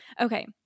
Okay